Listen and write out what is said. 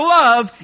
love